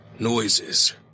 Noises